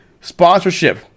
Sponsorship